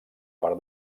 part